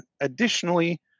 Additionally